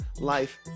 life